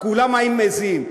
כולם היו מזיעים.